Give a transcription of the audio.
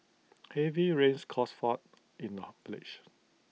heavy rains caused flood in the village